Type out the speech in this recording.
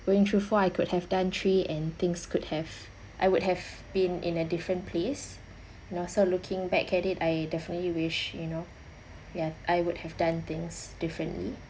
going through four I could have done three and things could have I would have been in a different place now so looking back at it I definitely wish you know ya I would have done things differently